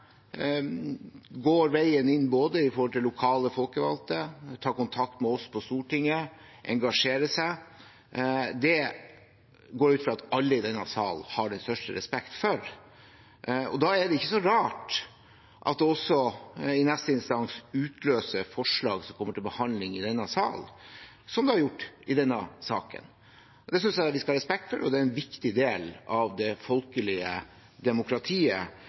går veien inn til lokale folkevalgte, man tar kontakt med oss på Stortinget, engasjerer seg – det går jeg ut fra at alle i denne salen har den største respekt for. Da er det ikke så rart at det også, i neste instans, utløser forslag som kommer til behandling i denne sal, slik det har gjort i denne saken. Det synes jeg vi skal ha respekt for, og det er en viktig del av det folkelige demokratiet.